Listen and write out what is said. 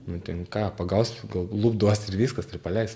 nu ten ką pagaus gal lupt duos ir viskas ir paleis